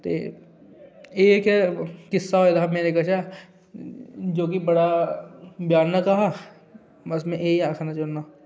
ते एह् की किस्सा होए दा मेरे कशा जो के बड़ा भयानक हा बस में इ'यै आखना चाह्न्ना आं